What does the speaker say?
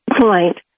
point